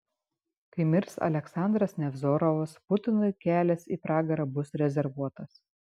kai mirs aleksandras nevzorovas putinui kelias į pragarą bus rezervuotas